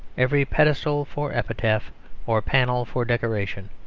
every pedestal for epitaph or panel for decoration,